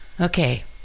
Okay